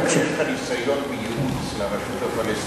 יבוא מישהו ויגיד לי: הבית שלך זה הבית שלי,